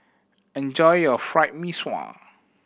enjoy your Fried Mee Sua